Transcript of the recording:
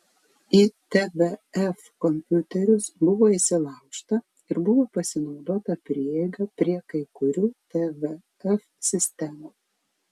į tvf kompiuterius buvo įsilaužta ir buvo pasinaudota prieiga prie kai kurių tvf sistemų